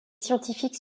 scientifiques